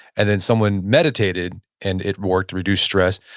and then someone meditated and it worked, reduced stress.